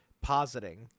positing